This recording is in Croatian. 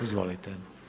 Izvolite.